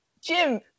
Jim